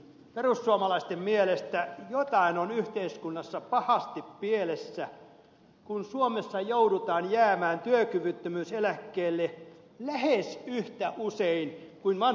perussuomalaisten mielestä jotain on yhteiskunnassa pahasti pielessä kun suomessa joudutaan jäämään työkyvyttömyyseläkkeelle lähes yhtä usein kuin vanhuuseläkkeelle